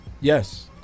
Yes